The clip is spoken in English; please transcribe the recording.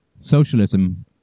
socialism